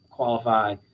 Qualify